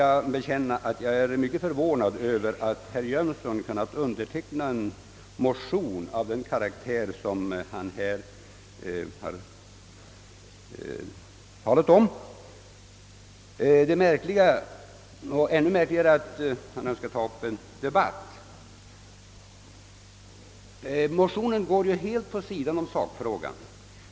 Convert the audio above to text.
Jag måste erkänna att jag är mycket förvånad över att herr Jönsson i Ingemarsgården kunnat underteckna en motion med det innehåll som den aktuella. Och ännu märkligare är det att herr Jönsson önskar ta upp en debatt. Motionen går ju helt på sidan om sakfrågan.